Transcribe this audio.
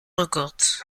records